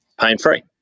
pain-free